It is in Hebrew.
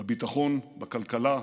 בביטחון, בכלכלה,